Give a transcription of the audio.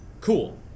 cool